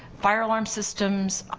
fire alarm systems,